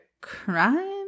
crime